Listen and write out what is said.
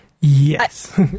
Yes